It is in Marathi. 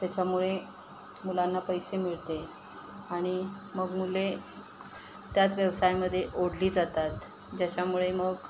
त्याच्यामुळे मुलांना पैसे मिळते आणि मग मुले त्याच व्यवसायामध्ये ओढली जातात ज्याच्यामुळे मग